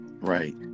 Right